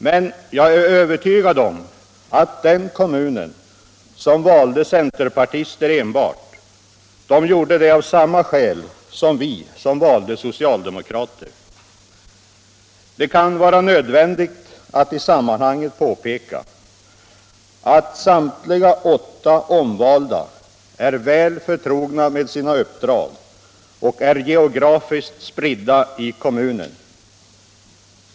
Jag är emellertid övertygad om att den kommun som valde enbart centerpartister gjorde det av samma skäl som vi som valde socialdemokrater. Det kan vara nödvändigt att i sammanhanget påpeka att samtliga åtta omvalda är väl förtrogna med sina uppdrag och är geografiskt spridda i kommunen.